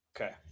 Okay